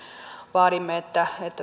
vaadimme että